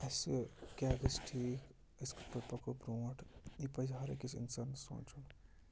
اَسہِ کیٛاہ گژھِ ٹھیٖک أسۍ کِتھ پٲٹھۍ پَکو برٛونٛٹھ یہِ پَزِ ہَرٕ أکِس اِنسانَس سونٛچُن